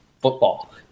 football